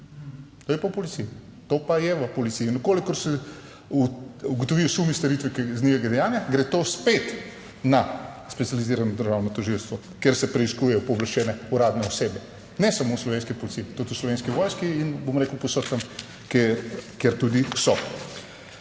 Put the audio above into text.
to je pa v policiji. To pa je v policiji. In v kolikor se ugotovijo sumi storitve kaznivega dejanja, gre to spet na Specializirano državno tožilstvo, kjer se preiskujejo pooblaščene uradne osebe ne samo v Slovenski policiji, tudi v Slovenski vojski in, bom rekel, povsod tam, kjer tudi so.